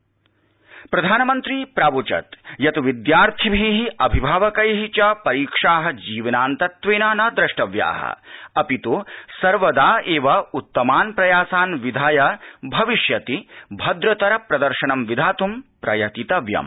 परीक्षा पे चर्चा प्रधानमन्त्री प्रावोचत् यत् विद्यार्थिभिः अभिभावकैः च परीक्षाः जीवनान्तत्वेन न द्रष्टव्याःअपित् सर्वदा एव उत्तमान् प्रयासान् विधाय भविष्यति भद्रतरप्रदर्शनं विधात्ं प्र यतितव्यम्